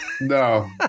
No